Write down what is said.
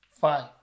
Five